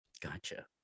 Gotcha